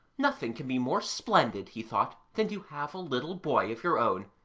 nothing can be more splendid, he thought, than to have a little boy of your own.